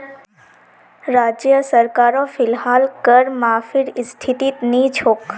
राज्य सरकारो फिलहाल कर माफीर स्थितित नी छोक